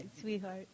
sweetheart